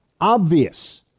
obvious